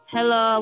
Hello